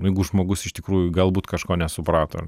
nu jeigu žmogus iš tikrųjų galbūt kažko nesuprato